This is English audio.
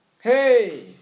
Hey